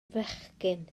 fechgyn